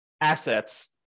assets